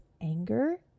anger